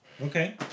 Okay